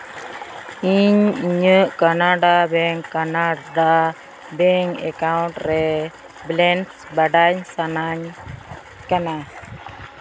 ᱤᱧ ᱤᱧᱟᱹᱜ Canara bank Canara bank account ᱨᱮ ᱵᱮᱞᱮᱱᱥ ᱵᱟᱰᱟᱭ ᱥᱟᱱᱟᱧ ᱠᱟᱱᱟ